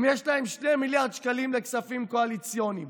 אם יש להם שני מיליארדי שקלים לכספים קואליציוניים,